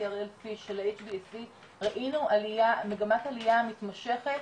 יוסי הראל-פיש של HBSC ראינו מגמת עלייה מתמשכת